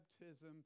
baptism